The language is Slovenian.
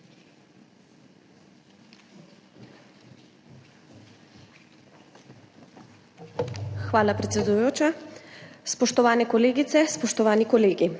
Hvala predsedujoča. Spoštovane kolegice, spoštovani kolegi!